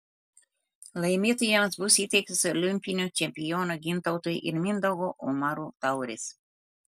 laimėtojams bus įteiktos olimpinių čempionų gintauto ir mindaugo umarų taurės